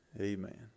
Amen